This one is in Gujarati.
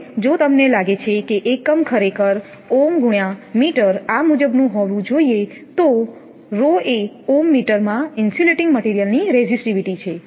હવે જો તમને લાગે છે કે એકમ ખરેખર આ મુજબનું હોવું જોઈએ તો ρએ ઓહમમીટરમાં ઇન્સ્યુલેટીંગ મટિરિયલની રેઝિસ્ટિવીટી છે